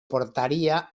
portaria